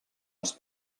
els